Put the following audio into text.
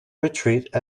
retreat